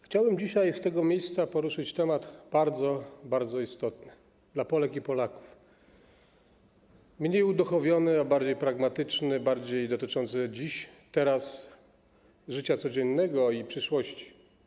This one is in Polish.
Chciałbym dzisiaj z tego miejsca poruszyć temat bardzo, bardzo istotny dla Polek i Polaków, mniej uduchowiony, a bardziej pragmatyczny, bardziej dotyczący dziś, teraz, życia codziennego i przyszłości.